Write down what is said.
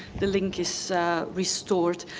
the link is restored.